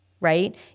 right